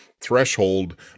threshold